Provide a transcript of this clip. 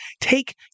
take